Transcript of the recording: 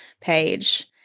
page